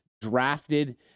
drafted